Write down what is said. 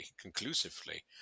conclusively